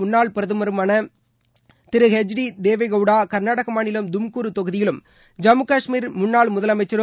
முன்னாள் பிரதமருமான ஐனதாதள் திரு ஹெச் டி தேவேகவுடா கர்நாடக மாநிலம் துமகூரு தொகுதியிலும் ஜம்மு கஷ்மீர் முன்னாள் முதலமைச்சரும்